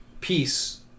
peace